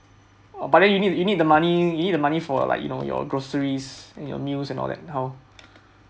but then you need you need the money you need the money for like you know your groceries your meals and all that how